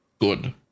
good